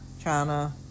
China